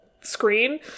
screen